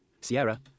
Sierra